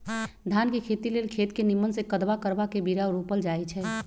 धान के खेती लेल खेत के निम्मन से कदबा करबा के बीरा रोपल जाई छइ